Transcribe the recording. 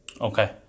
Okay